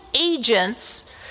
agents